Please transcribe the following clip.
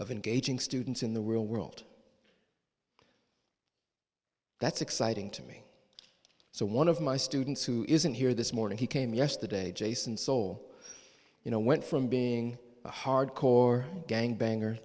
of engaging students in the real world that's exciting to me so one of my students who isn't here this morning he came yesterday jason sole you know went from being a hardcore gang banger